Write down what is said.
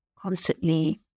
constantly